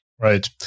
Right